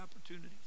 opportunities